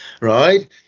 Right